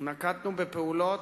נקטנו פעולות,